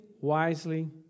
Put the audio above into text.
Wisely